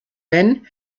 wenn